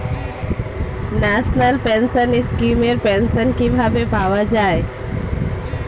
National pension scheme এর pension কিভাবে পাওয়া যায়?